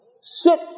Sit